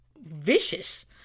vicious